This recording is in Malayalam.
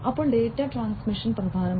അപ്പോൾ ഡാറ്റാ ട്രാൻസ്മിഷൻ പ്രധാനമാണ്